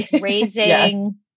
raising